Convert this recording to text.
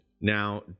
Now